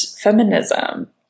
feminism